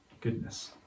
goodness